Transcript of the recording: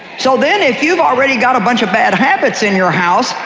so then if you've already got a bunch of bad habits in your house,